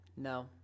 no